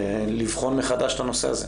לבחון מחדש את הנושא הזה,